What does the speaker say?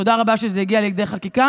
תודה רבה על שזה הגיע לידי חקיקה,